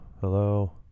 hello